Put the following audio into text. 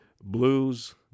Blues